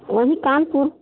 वहीं कानपुर